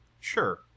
Sure